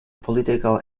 political